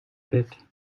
bit